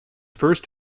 first